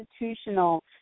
institutional